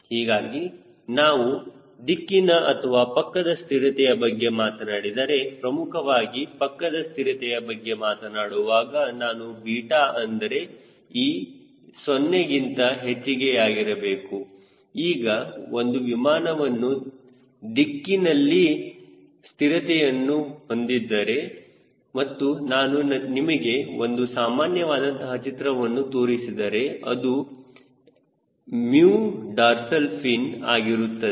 ಹೀಗಾಗಿ ನಾನು ದಿಕ್ಕಿನ ಅಥವಾ ಪಕ್ಕದ ಸ್ಥಿರತೆಯ ಬಗ್ಗೆ ಮಾತನಾಡಿದರೆ ಪ್ರಮುಖವಾಗಿ ಪಕ್ಕದ ಸ್ಥಿರತೆಯ ಬಗ್ಗೆ ಮಾತನಾಡುವಾಗ ನಾನು ಬೀಟಾ ಅಂದರೆ ಈ 0ಗಿಂತ ಹೆಚ್ಚಿಗೆಯಾಗಿರಬೇಕು ಈಗ ಒಂದು ವಿಮಾನವು ದಿಕ್ಕಿನಲ್ಲಿ ಸ್ಥಿರತೆಯನ್ನು ಒಂದಿದ್ದರೆ ಮತ್ತು ನಾನು ನಿಮಗೆ ಒಂದು ಸಾಮಾನ್ಯ ವಾದಂತಹ ಚಿತ್ರವನ್ನು ತೋರಿಸಿದರೆ ಇದು mu ಡಾರ್ಸಲ್ ಫಿನ್ ಆಗಿರುತ್ತದೆ